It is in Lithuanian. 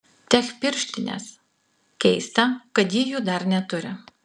tech pirštinės keista kad ji jų dar neturi